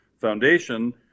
foundation